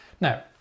Now